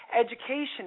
education